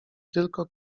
tylko